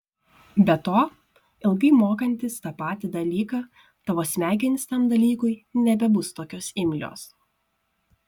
be to ilgai mokantis tą patį dalyką tavo smegenys tam dalykui nebebus tokios imlios